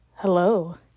Hello